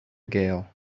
gale